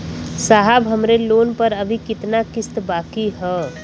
साहब हमरे लोन पर अभी कितना किस्त बाकी ह?